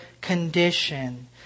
condition